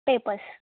papers